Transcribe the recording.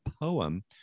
poem